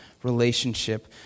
relationship